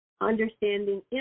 understanding